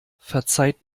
verzeiht